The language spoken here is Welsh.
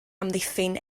amddiffyn